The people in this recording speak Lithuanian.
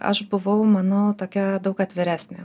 aš buvau manau tokia daug atviresnė